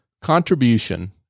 contribution